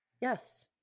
yes